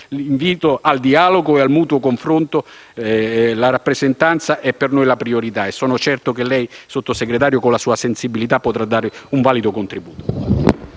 L'invito al dialogo e al mutuo confronto rappresenta la priorità. Sono certo che lei, signor Sottosegretario, con la sua sensibilità potrà dare un valido contributo.